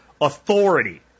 authority